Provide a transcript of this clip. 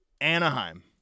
Anaheim